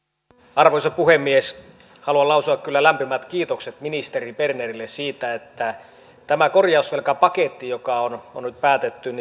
arvoisa puhemies haluan lausua lämpimät kiitokset ministeri bernerille siitä että tämä korjausvelkapaketti joka on on nyt päätetty